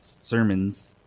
sermons